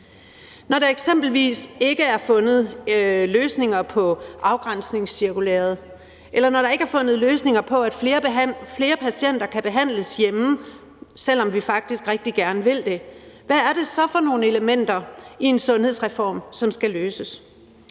Når der eksempelvis ikke er fundet løsninger på afgrænsningscirkulæret, eller når der ikke er fundet løsninger på, at flere patienter kan behandles hjemme, selv om vi faktisk rigtig gerne vil det, hvad er det så for nogen elementer i en sundhedsreform, som skal løses?